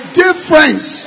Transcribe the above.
difference